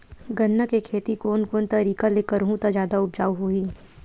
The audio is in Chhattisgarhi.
गन्ना के खेती कोन कोन तरीका ले करहु त जादा उपजाऊ होही?